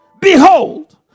behold